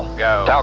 go. yeah